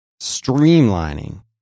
streamlining